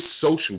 social